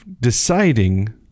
deciding